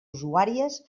usuàries